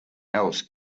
else